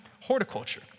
horticulture